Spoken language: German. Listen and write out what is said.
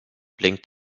blinkt